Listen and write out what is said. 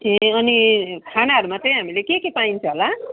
ए अनि खानाहरूमा चाहिँ हामीले के के पाइन्छ होला